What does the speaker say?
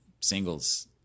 singles